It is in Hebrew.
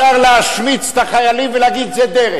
אי-אפשר להשמיץ את החיילים ולהגיד: זו דרך.